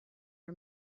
are